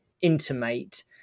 intimate